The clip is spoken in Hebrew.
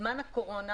בזמן הקורונה